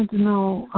know,